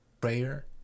prayer